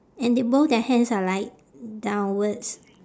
and they both their hands are like downwards